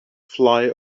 fly